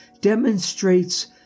demonstrates